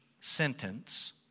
sentence